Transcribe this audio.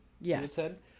yes